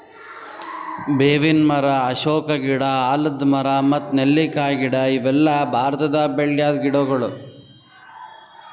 ಬೇವಿನ್ ಮರ, ಅಶೋಕ ಗಿಡ, ಆಲದ್ ಮರ ಮತ್ತ್ ನೆಲ್ಲಿಕಾಯಿ ಗಿಡ ಇವೆಲ್ಲ ಭಾರತದಾಗ್ ಬೆಳ್ಯಾದ್ ಗಿಡಗೊಳ್